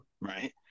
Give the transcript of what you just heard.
Right